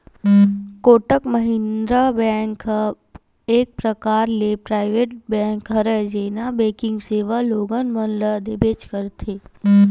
Kotak Mahindra bank एक परकार ले पराइवेट बेंक हरय जेनहा बेंकिग सेवा लोगन मन ल देबेंच करथे